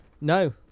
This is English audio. No